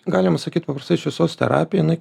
galim sakyt paprastai šviesos terapija jinai